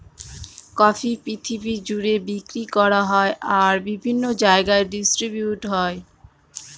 coffee পৃথিবী জুড়ে বিক্রি করা হয় আর বিভিন্ন জায়গায় ডিস্ট্রিবিউট হয়